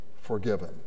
forgiven